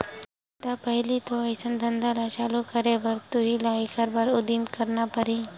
त पहिली तो अइसन धंधा ल चालू करे बर तुही ल एखर बर उदिम करना परही